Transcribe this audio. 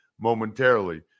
momentarily